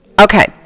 Okay